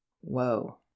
whoa